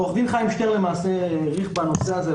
עורך הדין חיים שטרן האריך בנושא הזה,